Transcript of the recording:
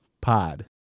pod